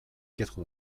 quatre